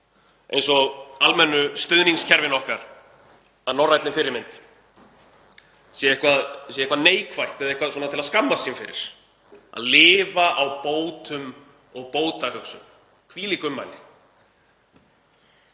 Eins og almennu stuðningskerfin okkar að norrænni fyrirmynd séu eitthvað neikvætt eða eitthvað til að skammast sín fyrir. Að lifa á bótum og bótahugsun. Hvílík ummæli.